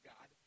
God